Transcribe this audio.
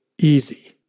easy